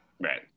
Right